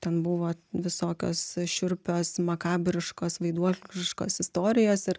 ten buvo visokios šiurpios makabriškos vaiduokliškos istorijos ir